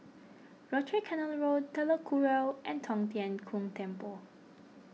Rochor Canal Road Telok Kurau and Tong Tien Kung Temple